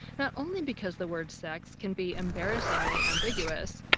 not only because the word sex can be embarrassingly ambiguous,